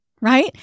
right